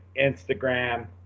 Instagram